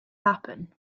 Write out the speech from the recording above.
happen